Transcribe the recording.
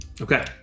Okay